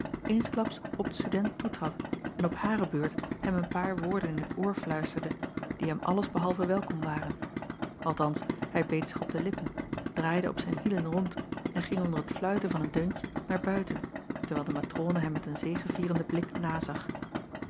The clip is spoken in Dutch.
eensklaps op den student toetrad en op hare beurt hem een paar woorden in t oor fluisterde die hem alles behalve welkom waren althans hij beet zich op de lippen draaide op zijn hielen rond en ging onder t fluiten van een deuntje naar buiten terwijl de matrone hem met een zegevierenden blik nazag